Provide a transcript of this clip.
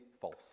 false